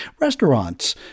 Restaurants